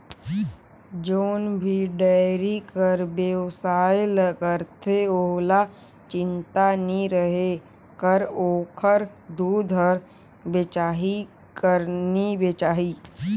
जउन भी डेयरी कर बेवसाय ल करथे ओहला चिंता नी रहें कर ओखर दूद हर बेचाही कर नी बेचाही